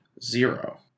Zero